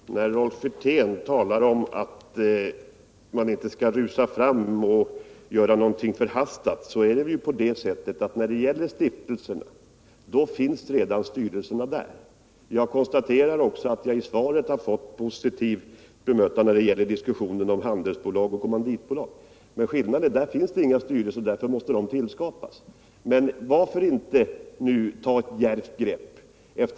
Herr talman! Rolf Wirtén talar om att man inte skall rusa i väg och göra någonting förhastat, men jag vill säga att när det gäller stiftelserna finns styrelserna redan där. Jag konstaterar också att jag i svaret har fått ett positivt bemötande i diskussionen om handelsbolag och kommanditbolag, men skillnaden är att det inte finns några styrelser i dessa bolag, utan att sådana måste tillskapas. Varför då inte ta ett djärvt grepp nu?